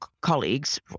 colleagues